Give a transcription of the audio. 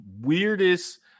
weirdest